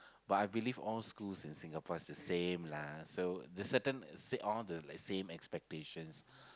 but I believe all schools in Singapore is the same lah so the certain uh same all the like same expectations